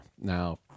Now